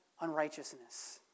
unrighteousness